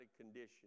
condition